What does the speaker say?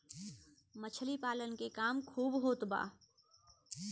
मछली पालन के काम खूब होत बा